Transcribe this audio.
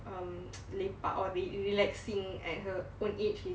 um lepak or re~ relaxing at her old age